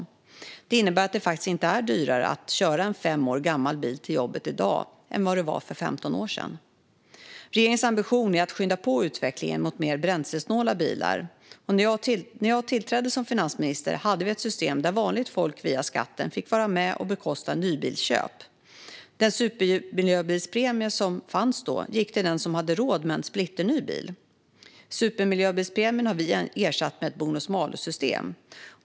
Detta innebär att det faktiskt inte är dyrare att köra en fem år gammal bil till jobbet i dag än vad det var för 15 år sedan. Regeringens ambition är att skynda på utvecklingen mot mer bränslesnåla bilar. När jag tillträdde som finansminister hade vi ett system där vanligt folk via skatten fick vara med och bekosta nybilsköp. Den supermiljöbilspremie som fanns då gick till den som hade råd med en splitterny bil. Supermiljöbilspremien har vi ersatt med ett bonus-malus-system.